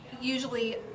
usually